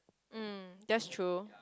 mm that's true